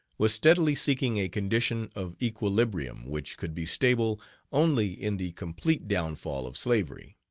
was steadily seeking a condition of equilibrium which could be stable only in the complete downfall of slavery.